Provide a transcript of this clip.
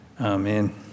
Amen